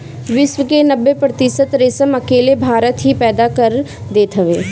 विश्व के नब्बे प्रतिशत रेशम अकेले भारत ही पैदा कर देत हवे